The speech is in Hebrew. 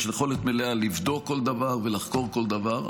יש יכולת מלאה לבדוק כל דבר ולחקור כל דבר,